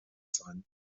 sein